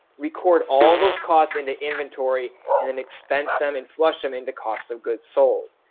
record all of those costs into inventory and and expense them and flush them into cost of goods sold.